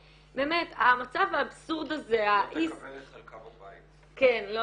באמת, המצב האבסורד הזה -- לא תקבל את חלקה בבית.